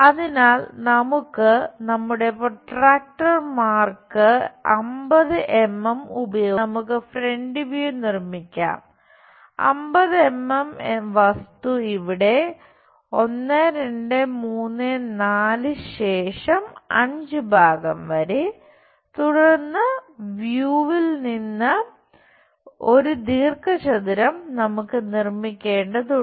അതിനാൽ നമുക്ക് നമ്മുടെ പ്രൊട്രാക്ടർ മാർക്ക് നിന്ന് ഒരു ദീർഘചതുരം നമുക്ക് നിർമ്മിക്കേണ്ടതുണ്ട്